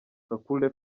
kakule